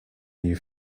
new